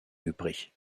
übrig